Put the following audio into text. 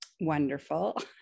wonderful